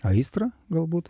aistrą galbūt